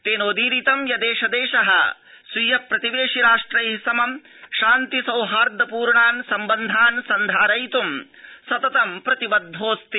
तेनोदीरितं यदेष देश स्वीय प्रतिवेशि राष्ट्रै समं शान्ति सौहार्द पूर्णान् सम्बन्धान् सन्धारयित् सततं प्रतिबद्धोऽस्ति